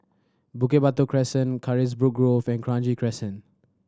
Bukit Batok Crescent Carisbrooke Grove and Kranji Crescent